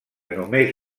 només